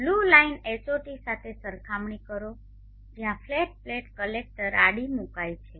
blue line Hot સાથે સરખામણી કરો જ્યાં ફ્લેટ પ્લેટ કલેક્ટર આડી મૂકવામાં આવે છે